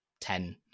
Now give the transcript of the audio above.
ten